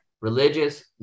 religious